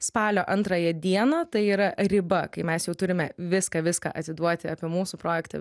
spalio antrąją dieną tai yra riba kai mes jau turime viską viską atsiduoti apie mūsų projektą